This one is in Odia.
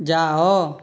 ଯାଅ